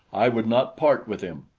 i would not part with him.